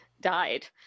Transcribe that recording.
died